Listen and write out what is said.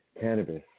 cannabis